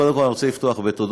קודם כול אני רוצה לפתוח בתודות,